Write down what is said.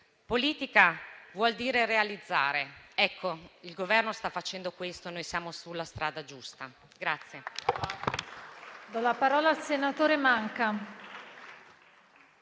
«politica vuol dire realizzare». Ecco, il Governo sta facendo questo e noi siamo sulla strada giusta.